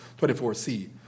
24c